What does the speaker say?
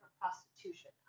prostitution